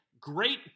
great